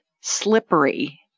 slippery